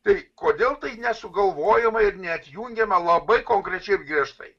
tai kodėl tai nesugalvojama ir neatjungiama labai konkrečiai ir griežtai